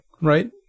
Right